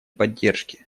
поддержке